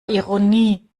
ironie